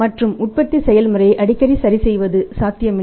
மற்றும் உற்பத்தி செயல்முறையை அடிக்கடி சரி செய்வது சாத்தியமில்லை